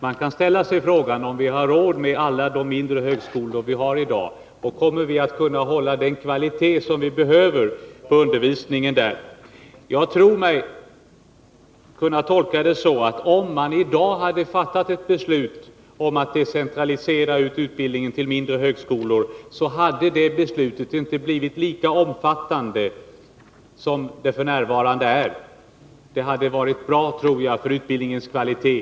Man kan fråga sig om vi har råd med alla de mindre högskolor vi har i dag och om vi kommer att kunna hålla den kvalitet som vi behöver på undervisningen. Jag tror mig kunna tolka det så att om man i dag hade fattat ett beslut om att decentralisera utbildningen till mindre högskolor, hade det beslutet inte blivit så omfattande. Det hade varit bra, tror jag, för utbildningens kvalitet.